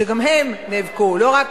שגם הם נאבקו, לא רק,